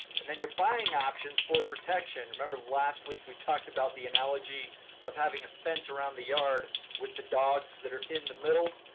and then you're buying options for protection remember, last week, we talked about the analogy of having a fence around the yard with the dogs that are in the middle.